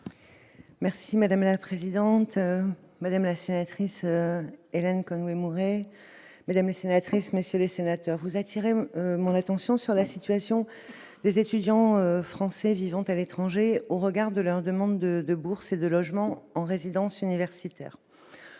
Merci madame la présidente, madame la sénatrice Hélène Conway Mouret mais jamais sénatrice, messieurs les sénateurs, vous attirer mon attention sur la situation des étudiants français vivant à l'étranger, au regard de leur demande de débourser de logements en résidence universitaire,